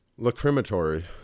lacrimatory